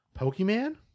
Pokemon